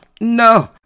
No